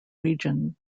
region